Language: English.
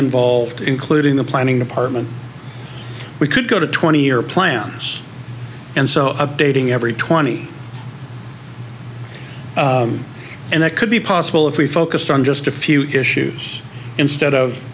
involved including the planning department we could go to twenty year plans and so updating every twenty and that could be possible if we focused on just a few issues instead of